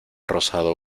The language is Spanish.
rozado